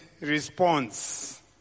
response